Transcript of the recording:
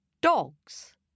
dogs